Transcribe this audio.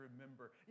remember